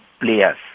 players